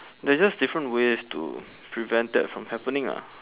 there's just different ways to prevent that from happening ah